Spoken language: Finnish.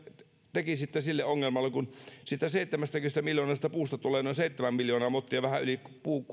tekisitte sille ongelmalle että siitä seitsemästäkymmenestä miljoonasta motista puuta tulee noin seitsemän miljoonaa mottia vähän yli